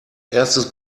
erstes